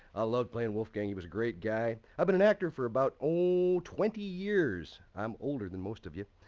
i love playing wolfgang, he was a great guy. i've been an actor for about oh, twenty years i'm older than most of you! ah,